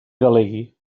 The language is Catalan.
delegui